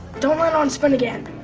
don't run on spin again.